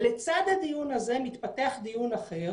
לצד הדיון הזה מתפתח דיון אחר